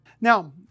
Now